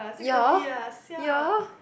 ya ya